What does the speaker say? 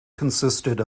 consisted